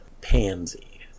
Pansy